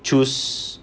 choose